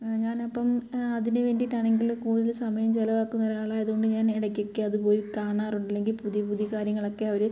ഞാനപ്പം അതിനുവേണ്ടിയിട്ടാണെങ്കിൽ കൂടുതൽ സമയം ചിലവാക്കുന്ന ഒരാളായതുകൊണ്ട് ഞാൻ എടക്കൊക്കെ അത് പോയി കാണാറുണ്ട് അല്ലെങ്കിൽ പുതിയ പുതിയ കാര്യങ്ങളൊക്കെ അവർ